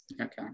Okay